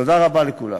תודה רבה לכולם.